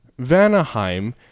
Vanaheim